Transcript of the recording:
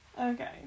Okay